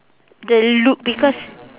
the look because